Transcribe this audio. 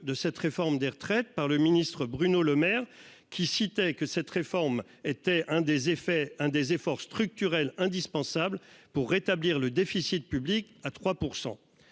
de cette réforme des retraites par le ministre Bruno Lemaire qui citait que cette réforme était un des effets hein des efforts structurels indispensable pour rétablir le déficit public à 3%.